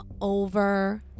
over